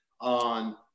on